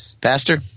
Pastor